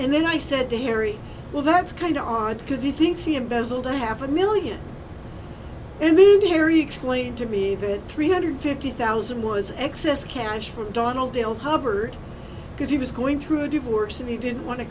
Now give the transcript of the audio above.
and then i said to harry well that's kind of odd because he thinks he embezzled a half a million in the dairy explain to me that three hundred fifty thousand was excess cash for donald l hubbard because he was going through a divorce and he didn't want to